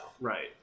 Right